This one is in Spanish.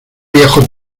viejo